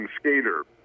skater